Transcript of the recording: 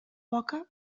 poca